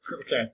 Okay